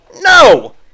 No